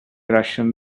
russian